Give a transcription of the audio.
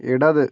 ഇടത്